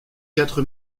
quatre